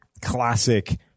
classic